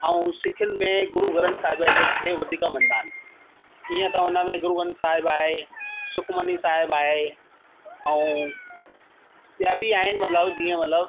ऐं सिखन में गुरु ग्रन्थ साहिब जो खे वधीक मञंदा आहिनि ईंअ त हुन में गुरु ग्रन्थ साहिब आहे सुखमनी साहिब आहे ऐं ॿियां बि आहिनि मतिलबु जीअं मतिलबु